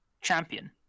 champion